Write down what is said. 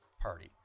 party